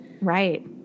Right